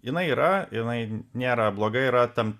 jinai yra jinai nėra blogai yra ten